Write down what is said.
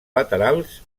laterals